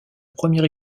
première